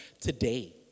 today